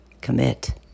commit